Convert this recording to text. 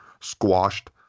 squashed